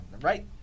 right